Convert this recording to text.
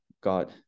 got